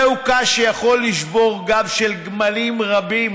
זהו קש שיכול לשבור גב של גמלים רבים,